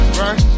right